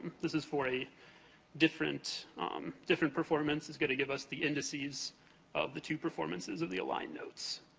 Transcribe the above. this is for a different um different performance is gonna give us the indices of the two performances of the aligned notes.